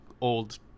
old